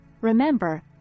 remember